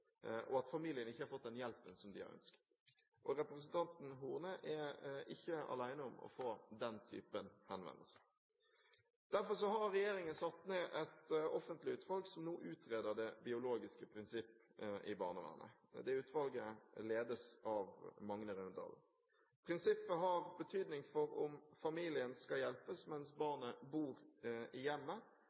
og at familien ikke har fått den hjelpen som de har ønsket. Representanten Horne er ikke alene om å få den typen henvendelser. Derfor har regjeringen satt ned et offentlig utvalg som nå utreder det biologiske prinsipp i barnevernet. Utvalget ledes av Magne Raundalen. Prinsippet har betydning for om familien skal hjelpes mens barnet bor